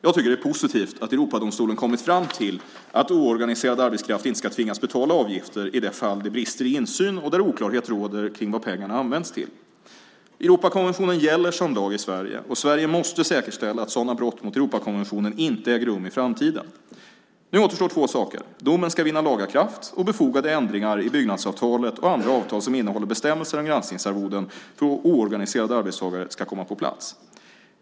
Jag tycker att det är positivt att Europadomstolen kommit fram till att oorganiserad arbetskraft inte ska tvingas betala avgifter i det fall det brister i insyn och där oklarhet råder kring vad pengarna används till. Europakonventionen gäller som lag i Sverige, och Sverige måste säkerställa att sådana brott mot Europakonventionen inte äger rum i framtiden. Nu återstår två saker. Domen ska vinna laga kraft och befogade ändringar i byggnadsavtalet och andra avtal som innehåller bestämmelser om granskningsarvoden för oorganiserade arbetstagare ska komma på plats.